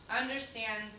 understand